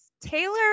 Taylor